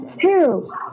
two